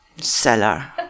Seller